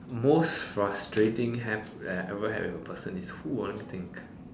most frustrating have that I ever had with a person is who ah let me think